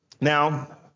Now